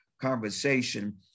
conversation